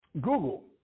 Google